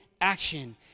action